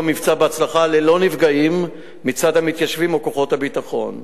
המבצע בהצלחה וללא נפגעים מצד המתיישבים או כוחות הביטחון.